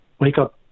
wake-up